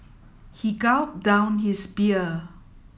he gulped down his beer